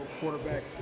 quarterback